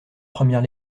première